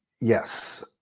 yes